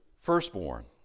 firstborn